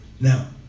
now